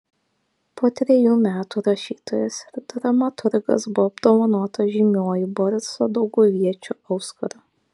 po trejų metų rašytojas ir dramaturgas buvo apdovanotas žymiuoju boriso dauguviečio auskaru